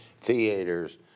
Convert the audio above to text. theaters